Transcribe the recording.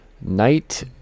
Knight